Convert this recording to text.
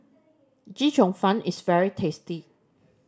Chee Cheong Fun is very tasty